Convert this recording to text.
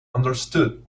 understood